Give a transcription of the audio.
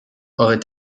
auraient